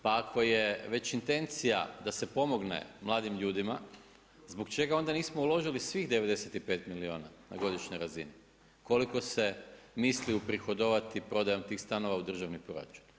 Pa ako je već intencija da se pomogne mladim ljudima, zbog čega onda nismo uložili svih 95 milijuna na godišnjoj razini koliko se misli uprihodovati prodajom tih stanova u državni proračun?